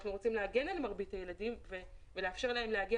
אנחנו רוצים להגן על מרביתם ולאפשר להם להגיע